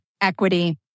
equity